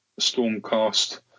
Stormcast